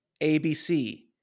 ABC